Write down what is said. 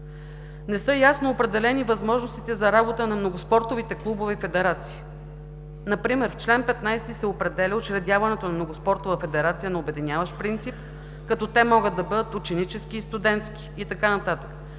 Не са ясно определени възможностите за работа на многоспортовите клубове и федерации. Например в чл. 15 се определя учредяването на многоспортова федерация на обединяващ принцип, като те могат да бъдат ученически, студентски и така нататък,